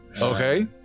Okay